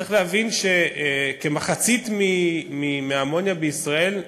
צריך להבין שכמחצית האמוניה בישראל,